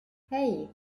hey